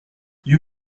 you